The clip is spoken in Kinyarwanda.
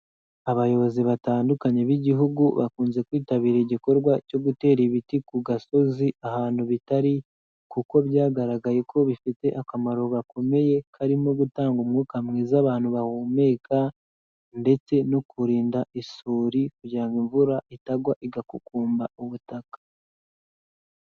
Abayobozi batandukanye b'igihugu bakunze kwitabira igikorwa cyo gutera ibiti ku gasozi ahantu bitari kuko byagaragaye ko bifite akamaro gakomeye karimo gutanga umwuka mwiza abantu bahumeka ndetse no kurinda isuri kugira ngo imvura itagwa igakukumba ubutaka.